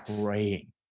praying